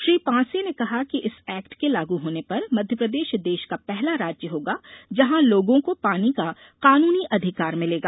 श्री पांसे ने कहा कि इस एक्ट के लागू होने पर मध्यप्रदेश देश का पहला राज्य होगा जहाँ लोगों को पानी का कानूनी अधिकार मिलेगा